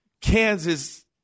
Kansas